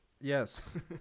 yes